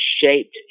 shaped